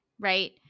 right